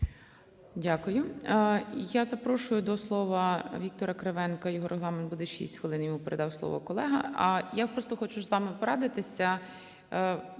Дякую. Я запрошую до слова Віктора Кривенка. Його регламент буде 6 хвилин. Йому передав слово колега. А я просто хочу з вами порадитися.